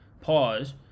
pause